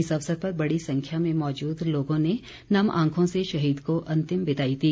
इस अवसर पर बड़ी संख्या में मौजूद लोगों ने नम आंखों से शहीद को अंतिम विदाई दी